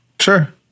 Sure